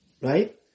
right